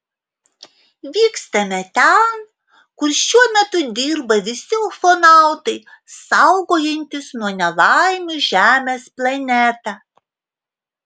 vykstame ten kur šiuo metu dirba visi ufonautai saugojantys nuo nelaimių žemės planetą